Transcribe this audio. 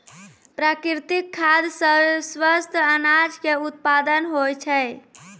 प्राकृतिक खाद सॅ स्वस्थ अनाज के उत्पादन होय छै